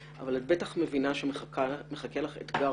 את רק נכנסת לתפקידך אבל את בטח מבינה שמחכה לך אתגר